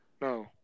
No